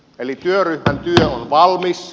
eli työryhmän työ on valmis